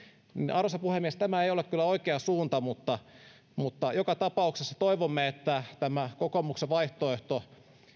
arvoisa puhemies tämä ei ole kyllä oikea suunta mutta mutta joka tapauksessa toivomme että tämä kokoomuksen vaihtoehto